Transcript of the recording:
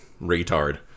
retard